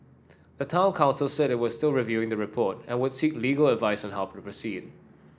the town council said it was still reviewing the report and would seek legal advice on how to proceed